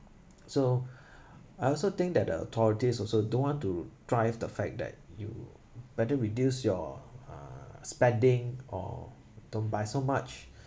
so I also think that authorities also don't want to drive the fact that you better reduce your uh spending or don't buy so much